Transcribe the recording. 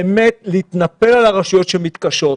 באמת להתנפל על הרשויות שמתקשות,